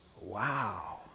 Wow